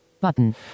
button